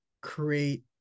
create